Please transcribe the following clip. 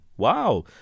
Wow